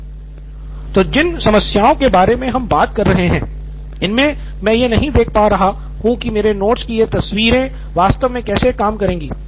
professor तो जिन समस्याओं के बारे में हम बात कर रहे हैं इसमें मैं यह नहीं देख पा रहा हूं कि मेरे नोट्स की ये तस्वीरें वास्तव में कैसे काम करेंगी